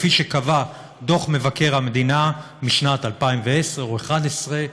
כפי שנקבע בדוח מבקר המדינה משנת 2010 או 2011,